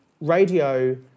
radio